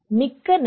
மிக்க நன்றி